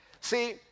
See